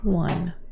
one